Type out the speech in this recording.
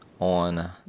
on